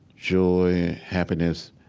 joy, happiness,